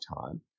time